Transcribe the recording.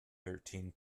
thirteen